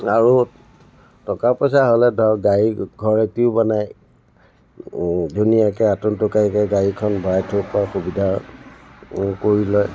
আৰু টকা পইচা হ'লে ধৰক গাড়ী ঘৰ এটিও বনাই ধুনীয়াকৈ আটোমটোকাৰিকৈ গাড়ীখন ভৰাই থ'ব পৰা সুবিধা কৰি লয়